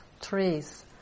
trees